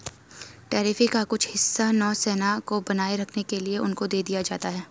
tariff का कुछ हिस्सा नौसेना को बनाए रखने के लिए उनको दे दिया जाता है